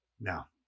Now